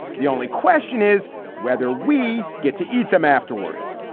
the only question is whether we get to eat them afterwards.